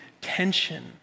tension